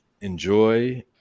enjoy